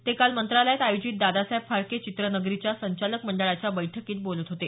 ते काल मंत्रालयात आयोजित दादासाहेब फाळके चित्रनगरीच्या संचालक मंडळाच्या बैठकीत बोलत होते